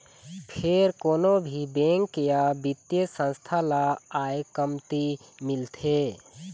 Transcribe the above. फेर कोनो भी बेंक या बित्तीय संस्था ल आय कमती मिलथे